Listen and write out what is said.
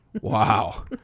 Wow